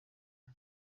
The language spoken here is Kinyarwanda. ngo